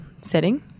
setting